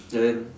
then